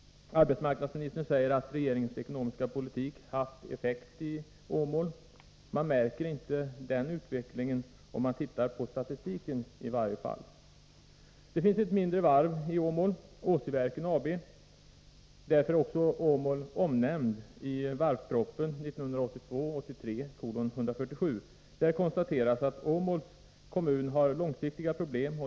Arbetsmarknadsministern säger att regeringens ekonomiska politik haft effekt i Åmåi. Man märker inte den utvecklingen, i varje fall om man tittar på statistiken. Det finns ett mindre varv i Åmål — Åsiverken AB. Därför är Åmål omnämnt i varvspropositionen 1982/83:147. Där konstateras att Åmåls kommun har långsiktiga problem.